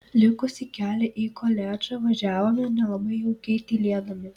likusį kelią į koledžą važiavome nelabai jaukiai tylėdami